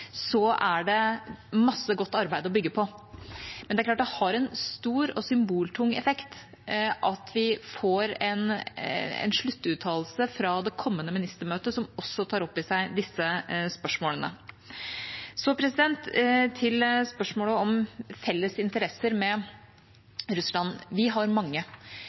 er det masse godt arbeid å bygge på. Men det er klart det har en stor og symboltung effekt at vi får en sluttuttalelse fra det kommende ministermøtet som også tar opp i seg disse spørsmålene. Så til spørsmålet om felles interesser med Russland. Vi har mange,